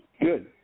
Good